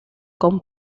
con